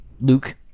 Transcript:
Luke